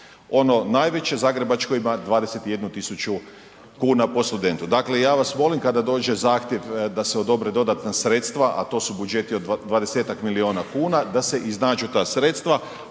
Ono najveće zagrebačko ima 21.000 kuna po studentu. Dakle, ja vas molim kada dođe zahtjev da se odobre dodatna sredstva, a to su budžeti od 20 miliona kuna da se iznađu ta sredstva,